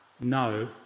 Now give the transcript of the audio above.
no